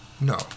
No